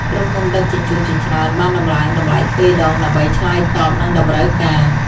ក្រុមហ៊ុនដឹកជញ្ជូនជាច្រើនបានដំឡើងតម្លៃទ្វេដង ដើម្បីឆ្លើយតបនឹងតម្រូវការ។